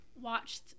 watched